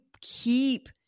keep